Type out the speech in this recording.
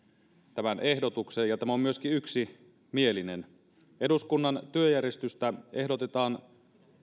tämän ehdotuksen ja tämä on myöskin yksimielinen eduskunnan työjärjestystä ehdotetaan